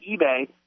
eBay